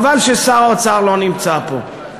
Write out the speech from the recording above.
חבל ששר האוצר לא נמצא פה,